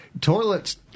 toilets